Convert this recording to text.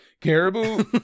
Caribou